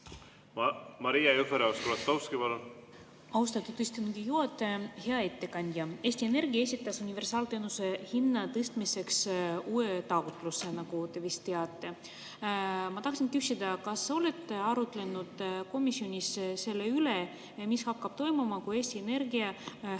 arutlus? Austatud istungi juhataja! Hea ettekandja! Eesti Energia esitas universaalteenuse hinna tõstmiseks uue taotluse, nagu te vist teate. Ma tahtsin küsida, kas olete arutlenud komisjonis selle üle, mis hakkab toimuma, kui Eesti Energia hakkab